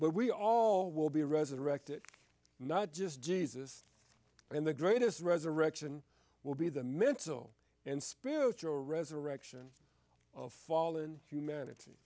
but we all will be resurrected not just jesus and the greatest resurrection will be the mental and spiritual resurrection of fallen humanity